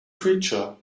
creature